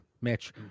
Mitch